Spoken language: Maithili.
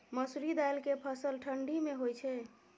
मसुरि दाल के फसल ठंडी मे होय छै?